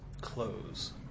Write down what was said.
close